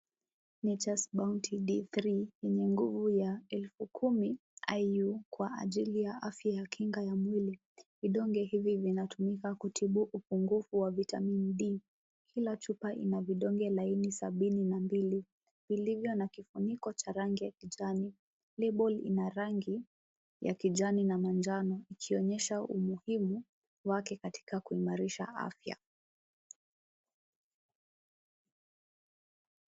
NATURE'S BOUNTY D3 yenye nguvu za elfu kumi IU kwa ajili ya afya na kinga ya mwili. Vidonge hivi vinatumika kutibu upungufu wa vitamini D. Kila chupa ina vidonge laini sabini na mbili, iliyo na kifuniko cha rangi ya kijani. Lebo ina rangi ya kijani na manjano, ikionyesha umuhimu wake katika kuimarisha afya.